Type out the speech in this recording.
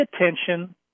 attention